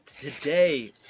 today